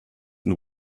and